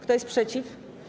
Kto jest przeciw?